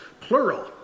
plural